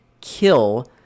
kill